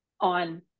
on